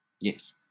Yes